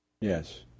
Yes